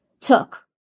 took